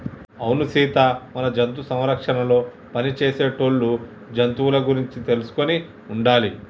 అవును సీత మన జంతు సంరక్షణలో పని చేసేటోళ్ళు జంతువుల గురించి తెలుసుకొని ఉండాలి